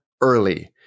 early